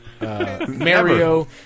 Mario